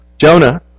Jonah